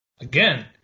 again